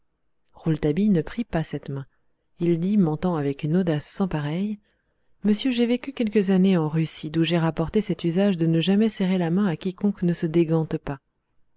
rouletabille ne prit pas cette main il dit mentant avec une audace sans pareille monsieur j'ai vécu quelques années en russie d'où j'ai rapporté cet usage de ne jamais serrer la main à quiconque ne se dégante pas